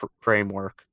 framework